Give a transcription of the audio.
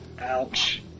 Ouch